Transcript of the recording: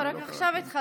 לא, רק עכשיו התחלתי.